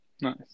Nice